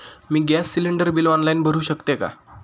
मी gas cylinder bill online भरु शकते का?